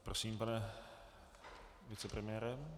Prosím, pane vicepremiére.